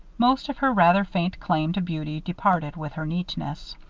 most of her rather faint claim to beauty departed with her neatness.